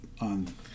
on